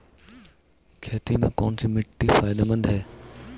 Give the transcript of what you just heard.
खेती में कौनसी मिट्टी फायदेमंद है?